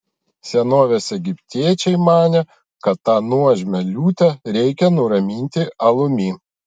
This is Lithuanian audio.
senovės egiptiečiai manė kad tą nuožmią liūtę reikia nuraminti alumi